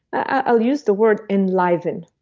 i'll use the word enliven.